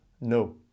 No